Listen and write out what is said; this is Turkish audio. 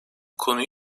konuyu